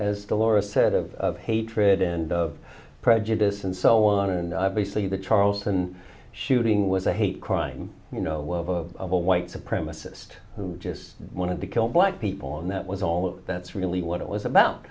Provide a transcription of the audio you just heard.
as the laura said of hatred and of prejudice and so on and obviously the charleston shooting was a hate crime you know of all white supremacy sed who just wanted to kill black people and that was all that's really what it was about